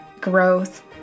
growth